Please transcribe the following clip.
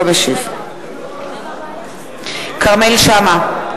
אינו משתתף בהצבעה כרמל שאמה,